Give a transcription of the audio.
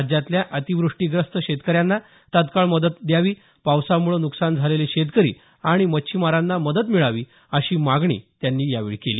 राज्यातल्या अतिवृष्टीग्रस्त शेतकऱ्यांना तत्काळ मदत द्यावी पावसामुळे नुकसान झालेले शेतकरी आणि मच्छिमारांना मदत मिळावी अशी मागणी त्यांनी यावेळी केली